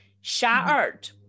shattered